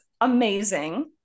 amazing